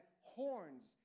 horns